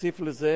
תוסיף לזה,